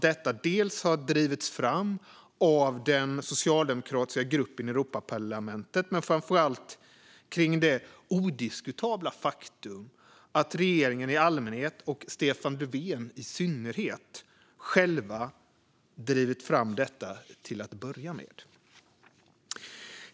Detta har drivits fram av den socialdemokratiska gruppen i Europaparlamentet. Men framför allt handlar det om det odiskutabla faktum att regeringen i allmänhet, och Stefan Löfven i synnerhet, själv drivit fram detta till att börja med.